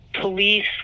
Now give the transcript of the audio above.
police